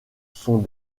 sont